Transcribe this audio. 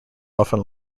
often